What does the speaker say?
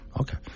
okay